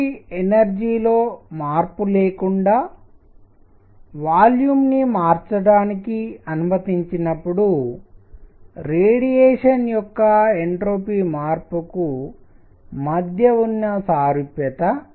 కాబట్టి ఎనర్జీ లో మార్పు లేకుండా వాల్యూమ్ ని మార్చడానికి అనుమతించినప్పుడు రేడియేషన్ యొక్క ఎంట్రోపీ మార్పుకు మధ్య ఉన్న సారూప్యత